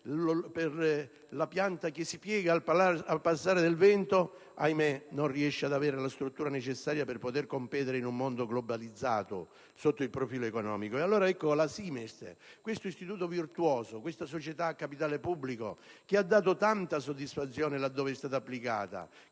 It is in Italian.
per la pianta che si piega al passare del vento, ma, ahimè, non riesce ad avere la struttura necessaria per poter competere in un mondo globalizzato sotto il profilo economico. Ecco, allora, la SIMEST, un istituto virtuoso, una società a capitale pubblico che ha dato tanta soddisfazione laddove è stata applicata;